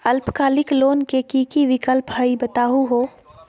अल्पकालिक लोन के कि कि विक्लप हई बताहु हो?